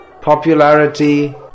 popularity